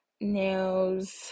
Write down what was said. nails